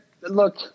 look